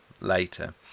later